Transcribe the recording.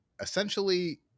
essentially